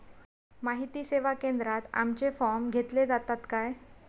माहिती सेवा केंद्रात आमचे फॉर्म घेतले जातात काय?